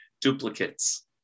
duplicates